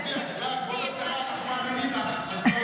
עזבי, כבוד השרה, אנחנו מאמינים לך.